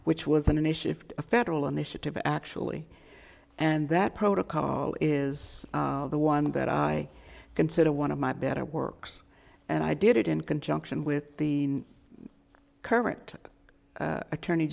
which was an issue if a federal initiative actually and that protocol is the one that i consider one of my better works and i did it in conjunction with the current attorney